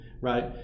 right